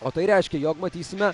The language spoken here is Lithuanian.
o tai reiškia jog matysime